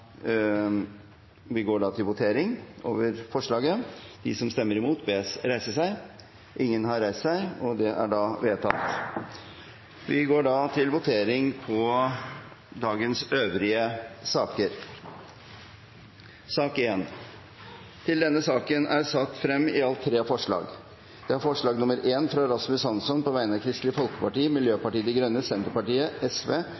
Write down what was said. Vi går da til votering i sakene på dagens kart. Under debatten er det satt frem i alt tre forslag. Det er forslag nr. 1, fra Rasmus Hansson på vegne av Kristelig Folkeparti,